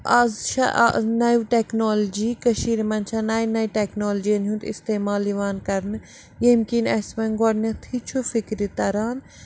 آز چھےٚ اَ نَوِ ٹٮ۪کنالجی کٔشیٖرِ منٛز چھےٚ نَیہِ نَیہِ ٹٮ۪کنالجین ہُنٛد اِتسعمال یِوان کرنہٕ ییٚمہِ کِنۍ اَسہِ وَنہِ گۄڈنٮ۪تھٕے چھُ فِکرِ تران